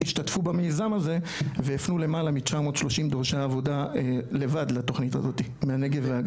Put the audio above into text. השתתפו במיזם הזה והפנו למעלה מ 930 דורשי עבודה לבד בנגב ובגליל.